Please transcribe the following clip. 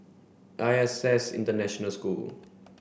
I S S International School